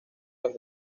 los